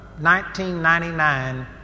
1999